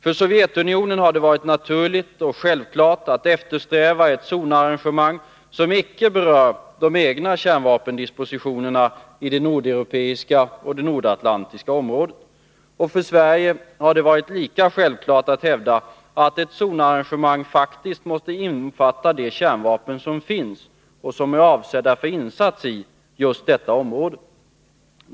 För Sovjetunionen har det varit naturligt och självklart att eftersträva ett zonarrangemang som icke berör de egna kärnvapendispositionerna i det nordeuropeiska och nordatlantiska området, och för Sverige har det varit lika självklart att hävda att ett zonarrangemang faktiskt måste omfatta de kärnvapen som finns och som är avsedda för insats i just detta område.